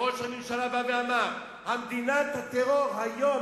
וראש הממשלה בא ואמר: מדינת הטרור היום,